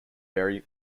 very